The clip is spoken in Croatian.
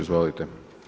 Izvolite.